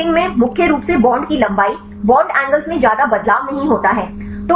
क्योंकि डॉकिंग में मुख्य रूप से बॉन्ड की लंबाई बॉन्ड एंगल्स में ज्यादा बदलाव नहीं होता है